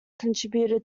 contributor